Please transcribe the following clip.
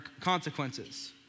consequences